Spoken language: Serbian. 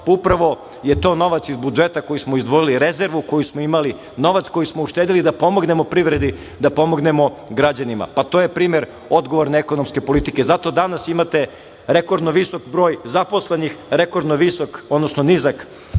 upravo je to novac iz budžeta koji smo izdvojili, rezervu koju smo imali, novac koji smo uštedeli da pomognemo privredi, da pomognemo građanima. Pa, to je primer odgovorne, ekonomske politike, a zato danas imate rekordno visok broj zaposlenih, nizak